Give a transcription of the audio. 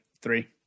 three